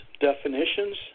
definitions